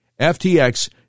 FTX